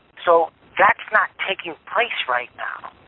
so that's not taking place right now.